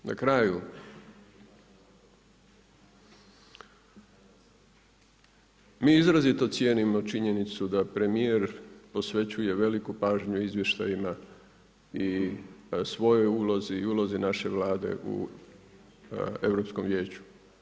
Na kraju, mi izrazito cijenimo činjenicu da premijer posvećuje veliku pažnju izvještajima i svojoj ulozi i ulozi naše Vlade u Europskom vijeću.